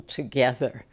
together